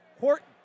Horton